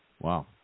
Wow